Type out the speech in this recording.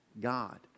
God